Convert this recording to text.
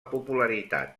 popularitat